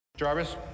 Jarvis